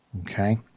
Okay